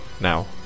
now